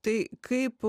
tai kaip